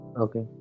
okay